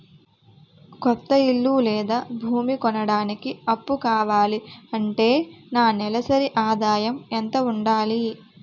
కొత్త ఇల్లు లేదా భూమి కొనడానికి అప్పు కావాలి అంటే నా నెలసరి ఆదాయం ఎంత ఉండాలి?